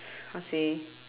how to say